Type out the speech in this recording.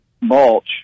mulch